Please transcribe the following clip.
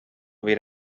või